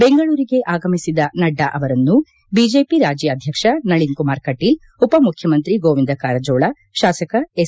ಬೆಂಗಳೂರಿಗೆ ಆಗಮಿಸಿದ ನಡ್ಡಾ ಅವರನ್ನು ಬಿಜೆಪಿ ರಾಜ್ಯಾಧ್ಯಕ್ಷ ನಳಿನ್ ಕುಮಾರ್ ಕಟೀಲ್ ಉಪಮುಖ್ಯಮಂತ್ರಿ ಗೋವಿಂದ ಕಾರಜೋಳ ಶಾಸಕ ಎಸ್